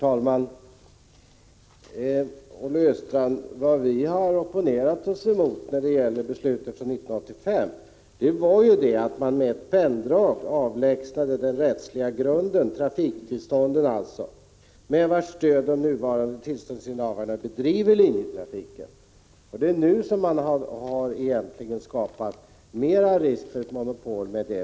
Herr talman! Vad vi opponerade oss mot i beslutet 1985, Olle Östrand, var att man med ett penndrag avlägsnade den rättsliga grund, dvs. trafiktillstånden, med vars stöd de nuvarande tillståndsinnehavarna bedriver linjetrafiken. Med det beslutet skapades egentligen större risker för monopolbildning.